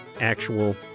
Actual